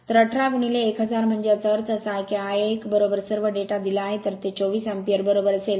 तर 18 1000 म्हणजे याचा अर्थ असा आहे की I 1 सर्व डेटा दिला आहे तर ते 24 अँपिअर बरोबर असेल